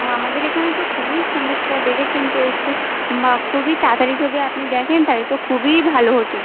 ও আমাদের এখানে তো খুবই সমস্যা দেখেছেন তো একটু খুবই তাড়াতাড়ি যদি আপনি দেখেন তাহলে তো খুবই ভালো হতো